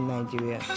Nigeria